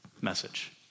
message